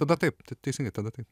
tada taip teisingai tada taip